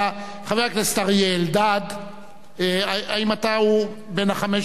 חבר הכנסת אריה אלדד, האם אתה הוא בעל החמש-דקות?